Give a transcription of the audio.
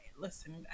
listen